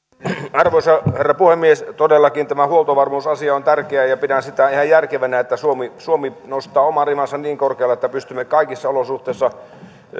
arvoisa herra puhemies todellakin tämä huoltovarmuusasia on tärkeä ja pidän sitä ihan järkevänä että suomi suomi nostaa oman rimansa niin korkealle että pystymme kaikissa olosuhteissa